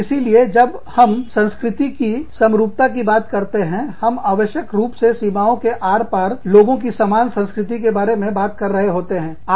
इसीलिए जब हम संस्कृति की एकरूपता समरूपता की बात करते हैं हम आवश्यक रूप से सीमाओं के आर पार लोगों की सामान संस्कृति के बारे में बात कर रहे होते हैं